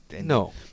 No